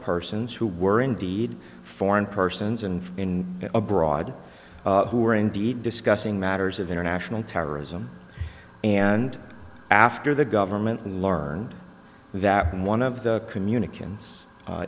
persons who were indeed foreign persons and in abroad who were indeed discussing matters of international terrorism and after the government learned that one of the communications